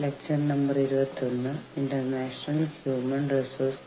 സംഘടിത തൊഴിലാളികൾ എന്താണെന്നും തൊഴിൽ ബന്ധങ്ങൾ എന്താണെന്നും നമ്മൾ സംസാരിച്ചു